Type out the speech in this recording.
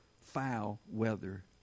foul-weather